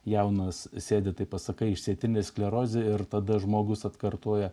jaunas sėdi taip pasakai išsėtine skleroze ir tada žmogus atkartoja